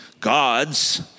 gods